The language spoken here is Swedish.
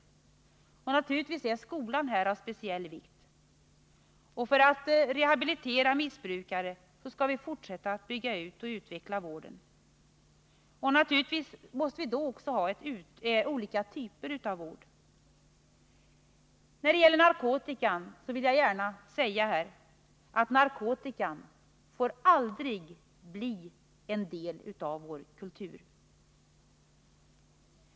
Här är naturligtvis skolan av speciell vikt. För att rehabilitera missbrukare måste vi fortsätta att bygga ut och utveckla vården. Och naturligtvis måste det då finnas olika typer av vård. När det gäller narkotikan vill jag gärna säga att narkotikan aldrig får bli en del av vår kultur.